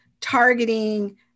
targeting